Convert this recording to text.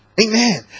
Amen